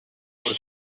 por